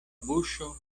buŝo